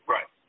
Right